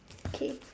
okay